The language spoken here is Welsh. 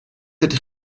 ydych